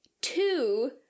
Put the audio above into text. two